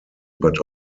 but